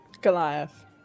Goliath